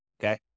okay